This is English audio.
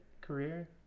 career